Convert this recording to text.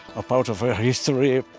a part of our history.